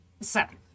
Seven